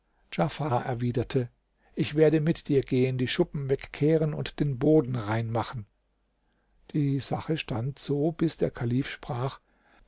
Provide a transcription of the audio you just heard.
erwiderte ich werde mit dir gehen die schuppen wegkehren und den boden rein machen die sache stand so bis der kalif sprach